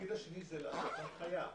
התפקיד השני זה לתת הנחיה,